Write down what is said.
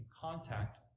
contact